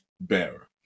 bearer